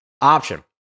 option